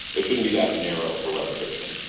it shouldn't be that narrow for revocation.